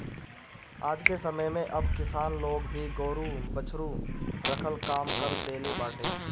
आजके समय में अब किसान लोग भी गोरु बछरू रखल कम कर देले बाटे